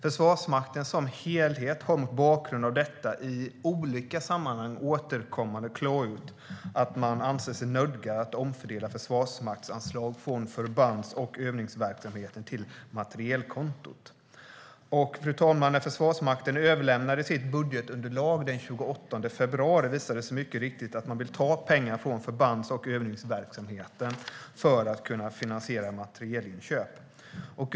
Försvarsmakten som helhet har mot bakgrund av detta i olika sammanhang återkommande klargjort att man anser sig nödgad att omfördela försvarsmaktsanslag från förbands och övningsverksamheten till materielkontot. Fru talman! När Försvarsmakten överlämnade sitt budgetunderlag den 28 februari visade det sig mycket riktigt att man vill ta pengar från förbands och övningsverksamheten för att kunna finansiera materielinköp.